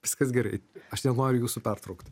viskas gerai aš nenoriu jūsų pertraukt